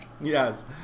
yes